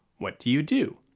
what do you do?